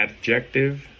Adjective